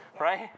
right